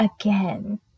again